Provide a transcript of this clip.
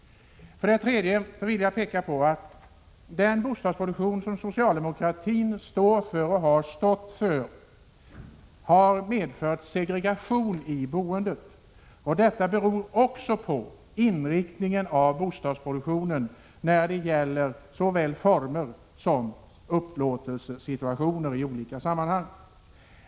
Dessutom vill jag peka på att den bostadsproduktion som socialdemokratin står för — och har stått för — har medfört segregation i boendet. Detta beror också på inriktningen av bostadsproduktionen när det gäller såväl former som upplåtelsesituationer i olika sammanhang.